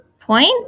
point